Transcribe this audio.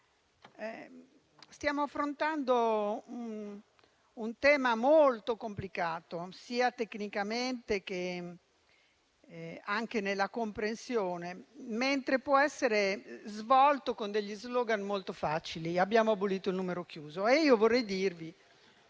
stiamo affrontando un tema molto complicato sia tecnicamente, sia nella comprensione, che può essere svolto con degli *slogan* molto facili: abbiamo abolito il numero chiuso. Vorrei dirvi